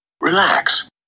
relax